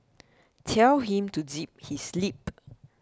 tell him to zip his lip